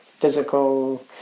physical